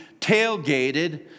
tailgated